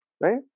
right